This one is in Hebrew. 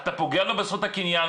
אתה פוגע לו בזכות הקניין.